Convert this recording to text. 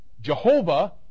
Jehovah